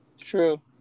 True